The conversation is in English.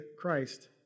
Christ